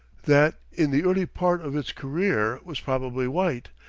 that in the early part of its career was probably white,